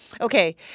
Okay